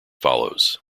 follows